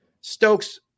Stokes